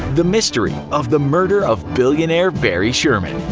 the mystery of the murder of billionaire barry sherman.